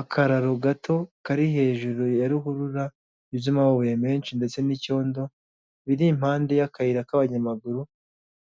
Akararo gato kari hejuru ya ruhurura yuzuyemo amabuye menshi ndetse n'icyondo biri impande y'akayira k'abanyamaguru